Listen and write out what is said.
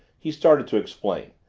he started to explain.